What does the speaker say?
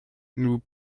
nous